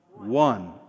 one